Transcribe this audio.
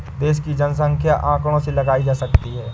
देश की जनसंख्या आंकड़ों से लगाई जा सकती है